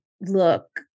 look